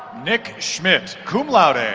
nick shmidt cum laude. ah